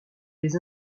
les